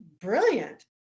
brilliant